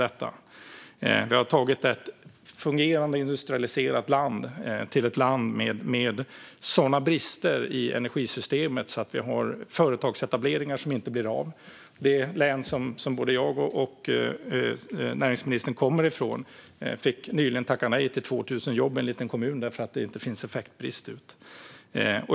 Ett fungerande industrialiserat land har blivit ett land med sådana brister i energisystemet att företagsetableringar inte blir av. Det län som både jag och näringsministern kommer från fick nyligen tacka nej till 2 000 jobb i en liten kommun på grund av effektbrist.